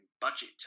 budget